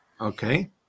Okay